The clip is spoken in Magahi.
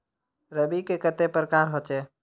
रवि के कते प्रकार होचे?